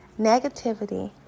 negativity